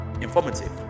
informative